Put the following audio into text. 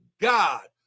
God